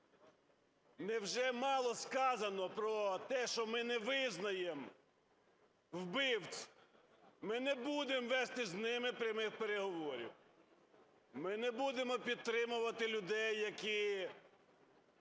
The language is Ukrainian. Невже мало сказано про те, що ми не визнаємо вбивць? Ми не будемо вести з ними прямих переговорів, ми не будемо підтримувати людей, які